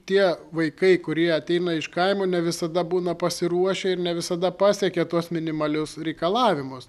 tie vaikai kurie ateina iš kaimo ne visada būna pasiruošę ir ne visada pasiekia tuos minimalius reikalavimus